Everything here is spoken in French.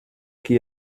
qui